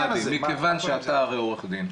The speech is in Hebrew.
מכיוון שאתה הרי עורך דין,